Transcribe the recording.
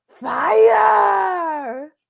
Fire